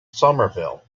somerville